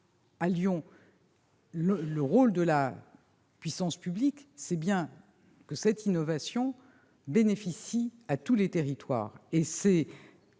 Le rôle de la puissance publique, c'est bien que cette innovation profite à tous les territoires.